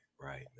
right